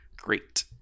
Great